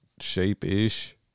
shape-ish